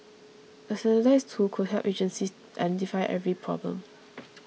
a standardised tool could help agencies identify every problem